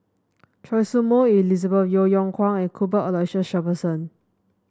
Choy Su Moi Elizabeth Yeo Yeow Kwang and Cuthbert Aloysiu Shepherdson